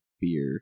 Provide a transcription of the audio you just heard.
beer